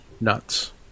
nuts